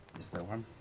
is there one?